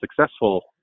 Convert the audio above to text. successful